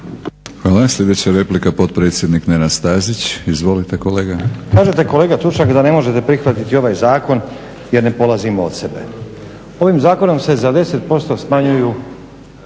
Hvala. Sljedeća replika potpredsjednik Nenad Stazić. Izvolite kolega.